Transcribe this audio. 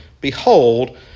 behold